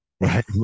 right